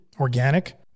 organic